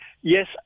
yes